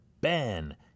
Ben